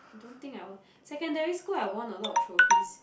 don't think I won secondary school I won a lot of trophies